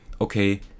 okay